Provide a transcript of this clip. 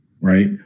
right